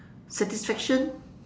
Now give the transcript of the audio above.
satisfaction